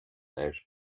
air